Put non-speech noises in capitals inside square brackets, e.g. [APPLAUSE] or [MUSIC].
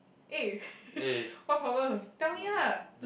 eh [LAUGHS] what problem tell me ah